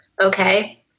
okay